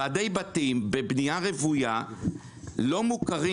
ועדי בתים בבנייה רוויה לא מוכרים